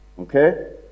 Okay